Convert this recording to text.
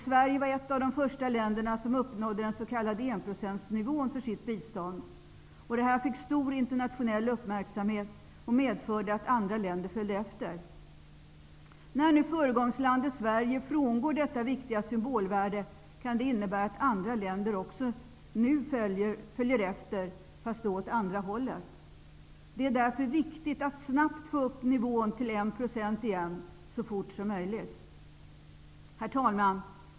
Sverige var ett av de första länderna som uppnådde den s.k. enprocentnivån för sitt bistånd. Detta fick stor internationell uppmärksamhet och medförde att andra länder följde efter. När nu föregångslandet Sverige frångår detta viktiga symbolvärde, kan det innebära att andra länder även nu följer efter -- fast då åt andra hållet. Det är därför viktigt att snabbt få upp nivån till 1 % igen så fort som möjligt. Herr talman!